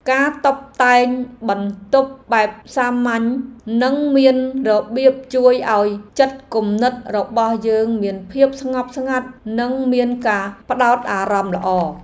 ការតុបតែងបន្ទប់បែបសាមញ្ញនិងមានរបៀបជួយឱ្យចិត្តគំនិតរបស់យើងមានភាពស្ងប់ស្ងាត់និងមានការផ្តោតអារម្មណ៍ល្អ។